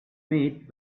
made